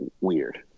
weird